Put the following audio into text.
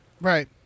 Right